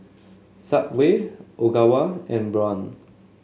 subway Ogawa and Braun